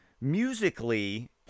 musically